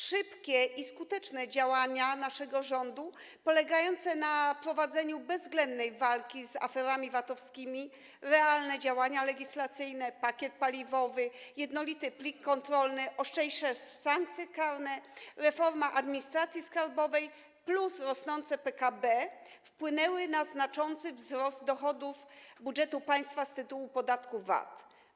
Szybkie i skuteczne działania naszego rządu, polegające na prowadzeniu bezwzględnej walki z aferami VAT-owskimi, realne działania legislacyjne, pakiet paliwowy, jednolity plik kontrolny, ostrzejsze sankcje karne, reforma administracji skarbowej plus rosnące PKB, wpłynęły na znaczący wzrost dochodów budżetu państwa z tytułu podatku VAT.